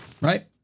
Right